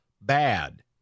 bad